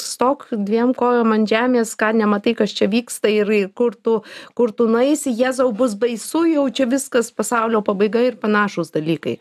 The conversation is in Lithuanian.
stok dviem kojom ant žemės ką nematai kas čia vyksta ir i kur tu kur tu nueisi jėzau bus baisu jau čia viskas pasaulio pabaiga ir panašūs dalykai